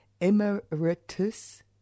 Emeritus